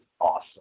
awesome